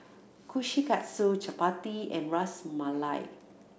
Kushikatsu Chapati and Ras Malai